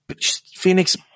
Phoenix